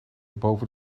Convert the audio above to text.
boven